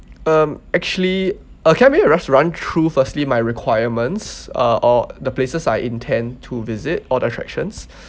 um actually uh can I maybe run through firstly my requirements uh all the places I intend to visit all the attractions